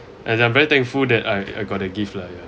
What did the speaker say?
and I'm very thankful that I I got a gift lah ya